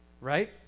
right